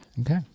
Okay